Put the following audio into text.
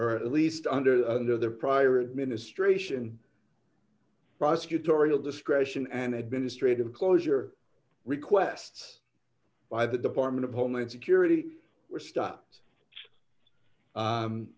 or at least under the under their prior administration prosecutorial discretion an administrative closure requests by the department of homeland security were stopped